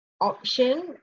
option